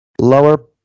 lower